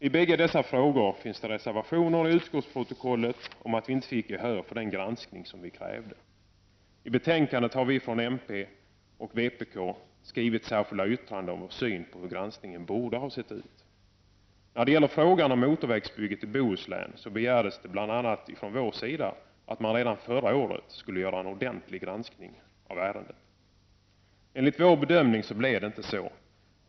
I bägge dessa frågor har det avgivits reservationer till utskottsprotokollet, i vilka det framhålls att vi inte fick gehör för den granskning som vi krävde. Vi har från mp och vpk vid betänkandet avgivit särskilda yttranden där vi redovisar hur vi anser att en granskning borde ha genomförts. När det gäller frågan om motorvägsbygget i Bohuslän begärdes det bl.a. från vår sida att man redan förra året skulle göra en ordentlig granskning av ärendet. Enligt vår bedömning blev det inte så.